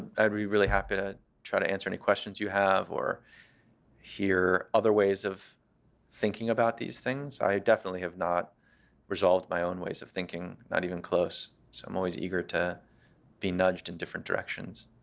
i'd be really happy to try to answer any questions you have or hear other ways of thinking about these things. i definitely have not resolved my own ways of thinking, not even close. so i'm always eager to be nudged in different directions.